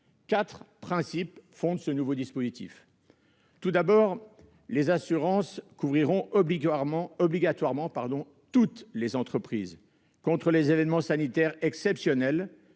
Quatre principes fondent ce nouveau dispositif. Premièrement, les assurances couvriront obligatoirement toutes les entreprises contre les événements sanitaires exceptionnels